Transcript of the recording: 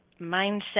mindset